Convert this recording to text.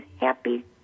happy